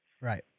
right